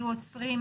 נעצר.